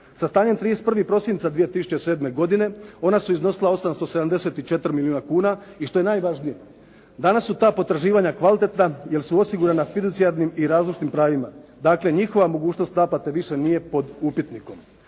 Sa stanjem 31. prosinca 2007. godine ona su iznosila 874 milijuna kuna i što je najvažnije, danas su ta potraživanja kvalitetna jer su osigurana … /Govornik se ne razumije./ … i razložnim pravima, dakle njihova mogućnost naplate više nije pod upitnikom.